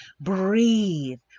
Breathe